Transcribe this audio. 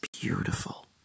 beautiful